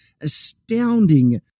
astounding